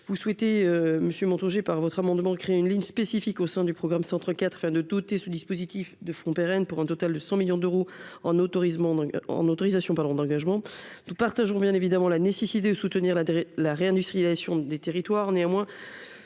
vous souhaitez monsieur Montaugé par votre amendement crée une ligne spécifique au sein du programme, c'est entre quatre enfin de ce dispositif de front pérenne pour un total de 100 millions d'euros en autorise monde en autorisation parlons d'engagement, nous partageons bien évidemment la nécessité de soutenir la la réindustrialisation des territoires, néanmoins,